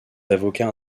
avocats